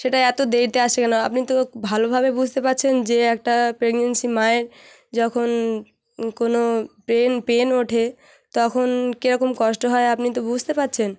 সেটা এত দেরিতে আসছে কেন আপনি তো ভালোভাবে বুঝতে পারছেন যে একটা প্রেগনেন্সি মায়ের যখন কোনো পেন পেন ওঠে তখন কীরকম কষ্ট হয় আপনি তো বুঝতে পারছেন